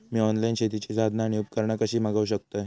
मी online शेतीची साधना आणि उपकरणा कशी मागव शकतय?